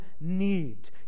need